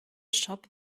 shop